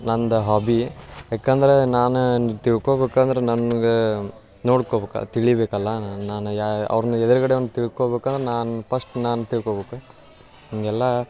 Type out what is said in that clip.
ನಂದು ಹಾಬಿ ಏಕಂದ್ರೆ ನಾನು ತಿಳ್ಕೊಬೇಕ್ ಅಂದ್ರೆ ನನ್ಗೆ ನೋಡ್ಕೊಬೇಕ ತಿಳಿಯಬೇಕಲ್ಲ ನಾನು ಯಾ ಅವ್ರ್ನ ಎದ್ರುಗಡೆಯವ್ನ ತಿಳ್ಕೊಬೇಕಂದ್ರ್ ನಾನು ಪಸ್ಟ್ ನಾನು ತಿಳ್ಕೋಬೇಕ್ ಹಿಂಗೆಲ್ಲ